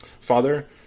Father